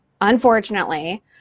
unfortunately